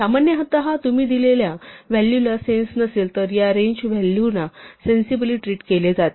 सामान्यतः तुम्ही दिलेल्या व्हॅलूला सेन्स नसेल तर या रेंज व्हॅलूना सेन्सिबीली ट्रीट केले जाते